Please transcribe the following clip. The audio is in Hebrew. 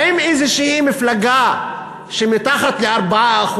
האם איזושהי מפלגה שקיבלה פחות ל-4%,